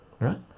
right